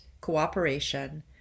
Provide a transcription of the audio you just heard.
cooperation